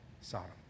Sodom